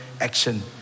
action